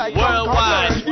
worldwide